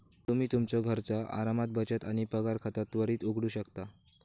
तुम्ही तुमच्यो घरचा आरामात बचत आणि पगार खाता त्वरित उघडू शकता